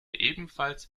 ebenfalls